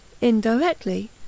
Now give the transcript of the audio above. Indirectly